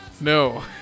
No